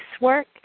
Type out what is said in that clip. work